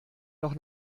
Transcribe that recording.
noch